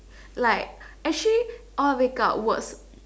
like actually all make up works